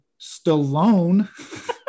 stallone